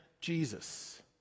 Jesus